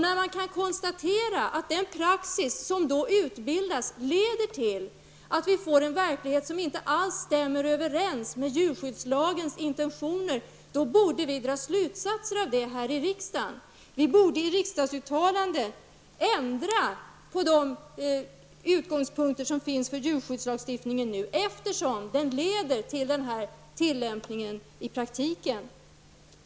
När man då kan konstatera att den praxis som utbildas leder till att vi får en verklighet som inte alls stämmer överens med djurskyddslagens intentioner, borde vi dra slutsatser av det här i riksdagen. Vi borde i riksdagsuttalanden ändra på de utgångspunkter som finns för djurskyddslagstiftningen, eftersom den leder till denna tillämpning i praktiken.